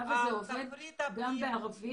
הקו הזה עובד גם בערבית,